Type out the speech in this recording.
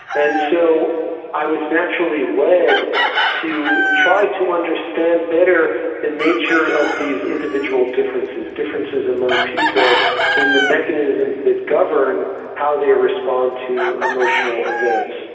and so i was naturally led to try to understand better the nature of these individual differences, differences among people in the mechanisms that govern how they respond to emotional events.